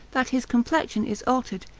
that his complexion is altered,